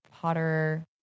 Potter